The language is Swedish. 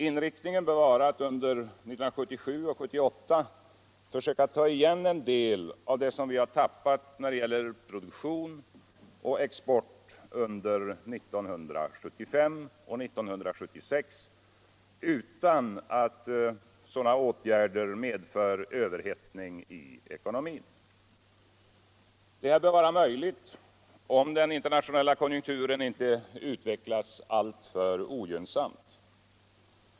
Inriktningen bör vara att under 1977 och 1978 försöka ta igen en det av det som vi har tappat när det gäller produktion och export under 1975 och 1976 utan att sådana åtgärder medför överhettning i ekonomin. Detta bör vara möjligt, om den internationella konjunkturen inte utvecklas ulltför ogynnsamt.